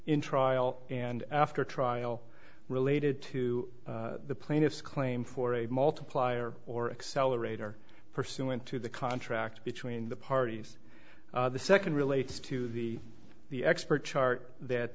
in trial and after trial related to the plaintiff's claim for a multiplier or accelerator pursuant to the contract between the parties the second relates to the the expert chart that